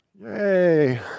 Yay